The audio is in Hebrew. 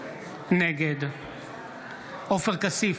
נגד עופר כסיף,